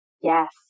Yes